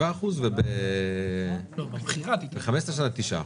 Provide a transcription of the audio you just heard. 7 אחוז, 15 שנה 9 אחוז,